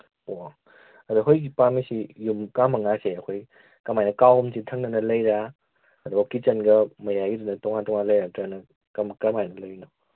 ꯑꯣ ꯑꯗ ꯑꯩꯈꯣꯏ ꯄꯥꯝꯃꯤꯁꯤ ꯌꯨꯝ ꯀꯥ ꯃꯉꯥꯁꯦ ꯑꯩꯈꯣꯏ ꯀꯃꯥꯏꯅ ꯀꯥ ꯑꯍꯨꯝꯁꯤ ꯊꯪꯅꯅ ꯂꯩꯔꯤꯔꯥ ꯑꯗꯨꯒ ꯀꯤꯠꯆꯟꯒ ꯃꯌꯥꯏꯒꯤꯗꯨꯅ ꯇꯣꯉꯥꯟ ꯇꯣꯉꯥꯟ ꯂꯩꯔꯤꯔꯥ ꯅꯠꯇ꯭ꯔꯒꯅ ꯀꯃꯥꯏꯅ ꯂꯩꯔꯤꯅꯣ